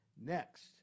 Next